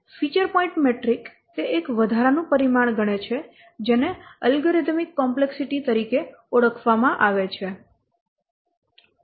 feature point metric તે એક વધારાનું પરિમાણ ગણે છે જેને અલ્ગોરિધમિક કોમ્પ્લેક્સિટી તરીકે ઓળખવામાં આવે છે